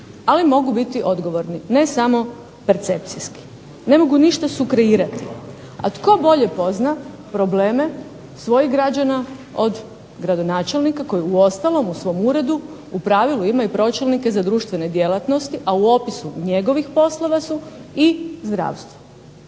ali mogu biti odgovorni, ne samo percepcijski, ne mogu ništa sukreirati. A tko bolje pozna probleme svojih građana od gradonačelnika koji uostalom u svom uredu u pravilu ima i pročelnike za društvene djelatnosti, a u opisu njegovih poslova su i zdravstvo.